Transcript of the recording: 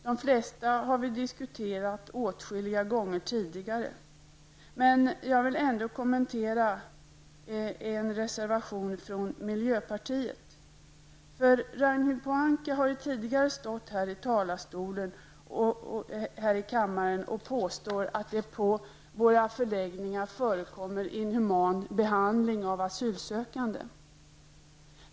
De flesta har vi diskuterat åtskilliga gånger tidigare, men jag vill ändå kommentera en reservation från miljöpartiet. Ragnhild Pohanka har ju tidigare stått här i kammaren och påstått att det på våra förläggningar förekommer en inhuman behandling av asylsökande.